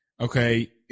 okay